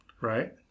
Right